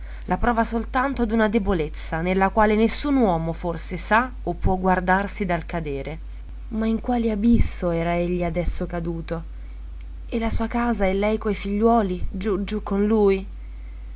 la prova soltanto d'una debolezza nella quale nessun uomo forse sa o può guardarsi dal cadere ma in quale abisso era egli adesso caduto e la sua casa e lei coi figliuoli giù giù con lui